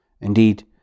Indeed